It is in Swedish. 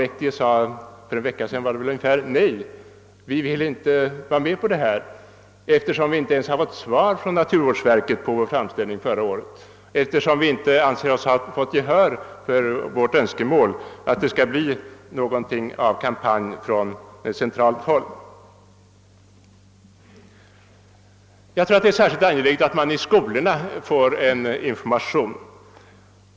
Men för en vecka sedan ungefär sade kommunalfullmäktige: Nej, vi vill inte vara med på det, eftersom vi inte ens har fått svar från naturvårdsverket på vår framställning förra året, eftersom vi inte anser oss ha fått gehör för vårt önskemål att det skall bli någonting av en kampanj från centralt håll. Jag tror att det är särskilt angeläget att man i skolorna får en information.